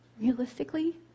realistically